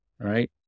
right